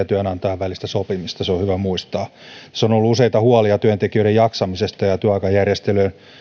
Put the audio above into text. työnantajan välistä sopimista se on hyvä muistaa tässä on ollut useita huolia työntekijöiden jaksamisesta ja työaikajärjestelyjen